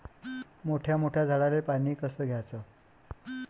मोठ्या मोठ्या झाडांले पानी कस द्याचं?